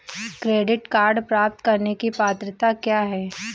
Credit card प्राप्त करने की पात्रता क्या है?